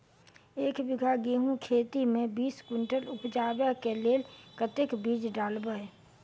एक बीघा गेंहूँ खेती मे बीस कुनटल उपजाबै केँ लेल कतेक बीज डालबै?